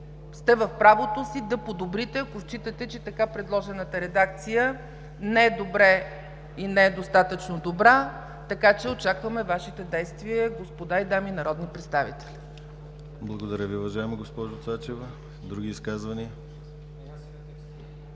сте в правото си да подобрите, ако считате, че така предложената редакция не е достатъчно добра, така че окачваме Вашите действия, господа и дами народни представители. ПРЕДСЕДАТЕЛ ДИМИТЪР ГЛАВЧЕВ: Благодаря Ви, уважаема госпожо Цачева. Други изказвания?